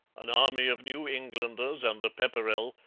an army of new englanders under pepperrell,